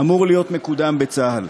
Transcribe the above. אמור להיות מקודם בצה"ל.